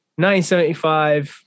1975